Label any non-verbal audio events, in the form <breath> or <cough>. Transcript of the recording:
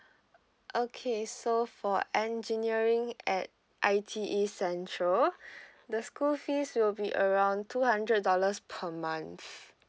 okay so for engineering at I_T_E central <breath> the school fees will be around two hundred dollars per month